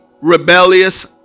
rebellious